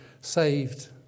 Saved